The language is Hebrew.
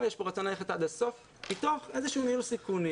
אלא יש כאן רצון ללכת עד הסוף מתוך איזשהו ניהול סיכונים